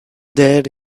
there